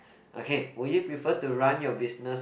okay would you prefer to run your business